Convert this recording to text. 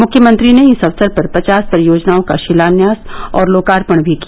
मुख्यमंत्री ने इस अवसर पर पचास परियोजनाओं का शिलान्यास और लोकार्पण भी किया